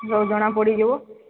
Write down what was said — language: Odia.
ସବୁ ଜଣା ପଡ଼ିଯିବ